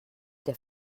der